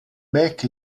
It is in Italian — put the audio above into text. beck